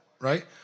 right